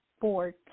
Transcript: four